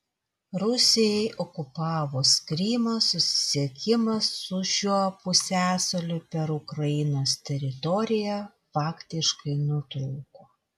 rusijai okupavus krymą susisiekimas su šiuo pusiasaliu per ukrainos teritoriją faktiškai nutrūko